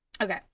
Okay